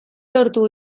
lortu